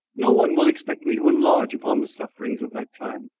no one will expect me to enlarge upon the sufferings of that time.